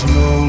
no